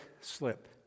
slip